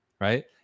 right